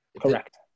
Correct